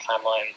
timeline